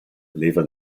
leva